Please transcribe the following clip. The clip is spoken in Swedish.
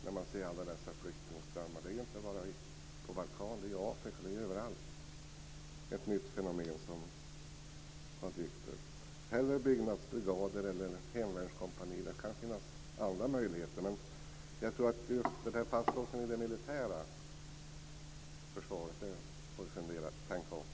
Det handlar inte bara om Balkan; det handlar om Afrika och om platser överallt. Det är ett nytt fenomen som har dykt upp. Jag ser hellre byggnadsbrigader eller hemvärnskompanier. Det kan finnas andra möjligheter, men jag tror att vi måste fundera och tänka om just när det gäller den här fastlåsningen i det militära försvaret.